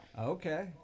Okay